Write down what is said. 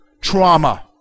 trauma